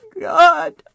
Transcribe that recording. god